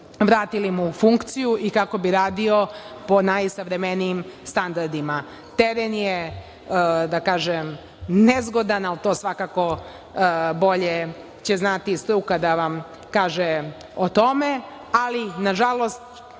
vratili funkciju i kako bi radio po najsavremenijim standardima. Teren je, da kažem, nezgodan, ali to svakako bolje će znati struka da vam kaže o tome, ali nažalost,